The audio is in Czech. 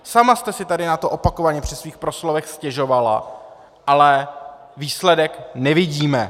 Sama jste si tady na to opakovaně při svých proslovech stěžovala, ale výsledek nevidíme!